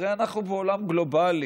הרי אנחנו בעולם גלובלי.